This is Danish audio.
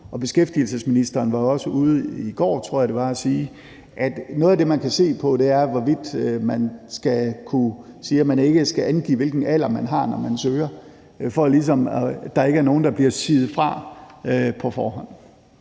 beskæftigelsesministeren var også ude i går, tror jeg det var, at sige, at noget af det, man kan se på, er, hvorvidt man skal kunne sige, at ansøgerne ikke skal angive, hvilken alder de har, for at der ikke er nogen, der bliver siet fra på forhånd.